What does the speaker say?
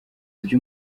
ibyo